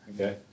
Okay